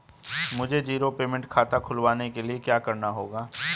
मुझे zero payment खाता खुलवाने के लिए क्या करना होगा?